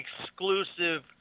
Exclusive